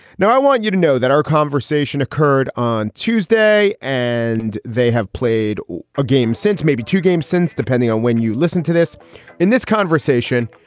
now, i want you to know that our conversation occurred on tuesday and they have played a game since maybe two games since, depending on when you listen to this in this conversation.